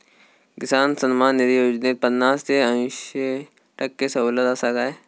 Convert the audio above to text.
किसान सन्मान निधी योजनेत पन्नास ते अंयशी टक्के सवलत आसा काय?